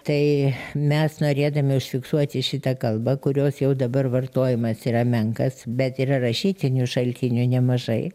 tai mes norėdami užfiksuoti šitą kalbą kurios jau dabar vartojimas yra menkas bet yra rašytinių šaltinių nemažai